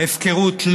הפקרות,